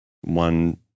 one